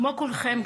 כמו כולכם,